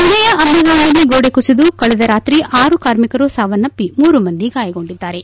ಮಣೆಯ ಅಂಬೆಗಾವ್ನಲ್ಲಿ ಗೋಡೆ ಕುಸಿದ ಕಳೆದ ರಾತ್ರಿ ಆರು ಕಾರ್ಮಿಕರು ಸಾವನ್ನಪ್ಪಿ ಮೂರು ಮಂದಿ ಗಾಯಗೊಂಡಿದ್ದಾರೆ